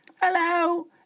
Hello